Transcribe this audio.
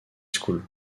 school